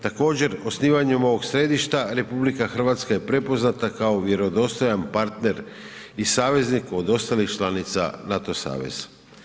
Također osnivanjem ovog središta RH je prepoznata kao vjerodostojan partner i saveznik od ostalih članica NATO saveza.